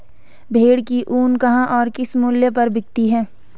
भेड़ की ऊन कहाँ और किस मूल्य पर बिकती है?